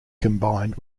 combined